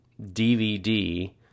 DVD